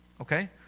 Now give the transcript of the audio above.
Okay